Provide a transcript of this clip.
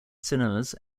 cinemas